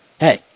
Hey